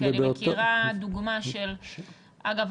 אגב,